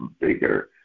bigger